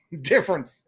different